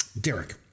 Derek